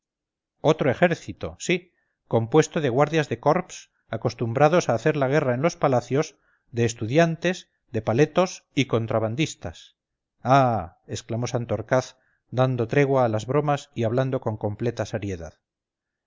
otro ejército sí compuesto de guardias de corps acostumbrados a hacer la guerra en los palacios de estudiantes de paletos y contrabandistas ah exclamó santorcaz dando tregua a las bromas y hablando con completa seriedad